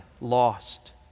lost